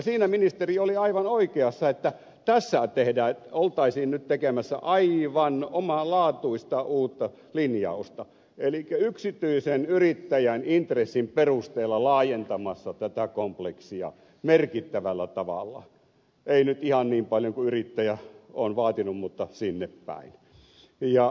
siinä ministeri oli aivan oikeassa että tässä oltaisiin nyt tekemässä aivan omalaatuista uutta linjausta elikkä yksityisen yrittäjän intressin perusteella laajentamassa tätä kompleksia merkittävällä tavalla ei nyt ihan niin paljon kuin yrittäjä on vaatinut mutta sinnepäin